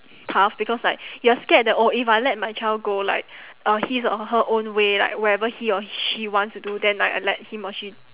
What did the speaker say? tough because like you're scared that oh if I let my child go like uh his or her own way like wherever he or she wants to do then like I let him or she